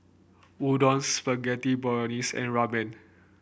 Udon Spaghetti Bolognese and Ramen